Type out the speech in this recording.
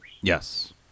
yes